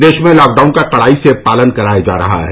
प्रदेश में लॉकडाउन का कड़ाई से पालन कराया जा रहा है